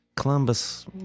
Columbus